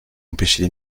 empêcher